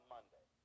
Monday